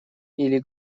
или